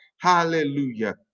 Hallelujah